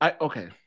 Okay